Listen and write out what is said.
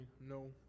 no